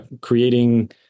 creating